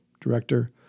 director